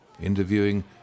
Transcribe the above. interviewing